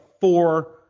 four